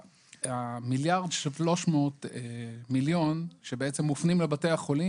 ה-1.3 מיליארד שמופנים לבתי החולים